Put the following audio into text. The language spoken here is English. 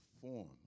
form